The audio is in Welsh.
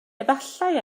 efallai